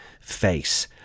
face